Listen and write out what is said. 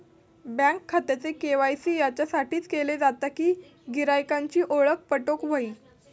bank खात्याचे KYC याच्यासाठीच केले जाता कि गिरायकांची ओळख पटोक व्हयी